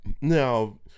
now